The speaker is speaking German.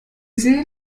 sehen